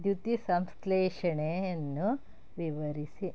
ದ್ಯುತಿಸಂಶ್ಲೇಷಣೆಯನ್ನು ವಿವರಿಸಿ